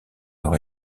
leur